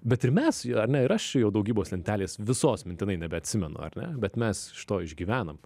bet ir mes ar ne ir aš jau daugybos lentelės visos mintinai nebeatsimenu ar ne bet mes iš to išgyvenom